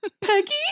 Peggy